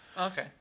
Okay